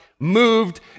moved